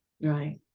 Right